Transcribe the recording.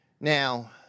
Now